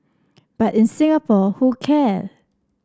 but in Singapore who care